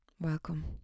Welcome